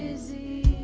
z,